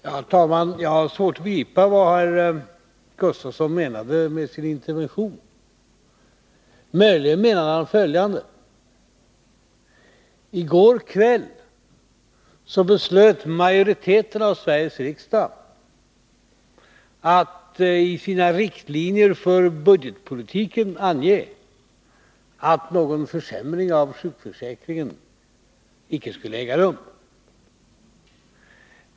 Herr talman! Jag har svårt att begripa vad herr Gustavsson menade med sin intervention. Möjligen menade han följande. I går kväll beslöt majoriteten av Sveriges riksdag att i sina riktlinjer för budgetpolitiken ange att någon försämring av sjukförsäkringen icke skulle äga rum.